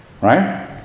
right